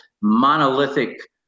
monolithic